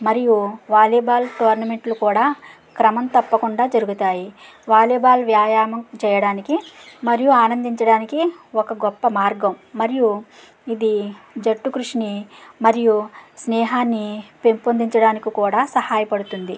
మరియు వాలీబాల్ టోర్నమెంట్లు కూడా క్రమం తప్పకుండా జరుగుతాయి వాలీబాల్ వ్యాయామం చేయడానికి మరియు ఆనందించడానికి ఒక గొప్ప మార్గం మరియు ఇది జట్టు కృషిని మరియు స్నేహాన్ని పెంపొందించడానికి కూడా సహాయపడుతుంది